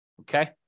Okay